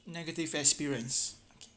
negative experience okay